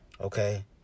Okay